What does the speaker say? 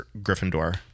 Gryffindor